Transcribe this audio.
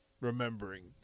remembering